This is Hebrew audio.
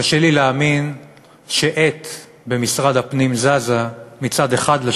קשה לי להאמין שעט במשרד הפנים זז מצד אחד של